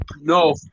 No